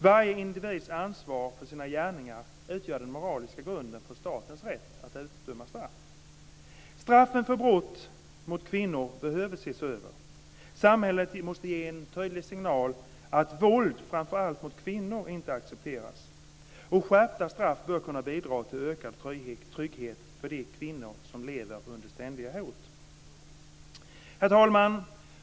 Varje individs ansvar för sina gärningar utgör den moraliska grunden för statens rätt att utdöma straff. Straffen för brott mot kvinnor behöver ses över. Samhället måste ge en tydlig signal om att våld, framför allt mot kvinnor, inte accepteras. Skärpta straff bör kunna bidra till ökad trygghet för de kvinnor som lever under ständiga hot. Herr talman!